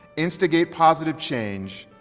instigate positive change,